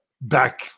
back